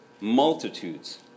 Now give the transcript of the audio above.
multitudes